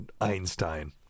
Einstein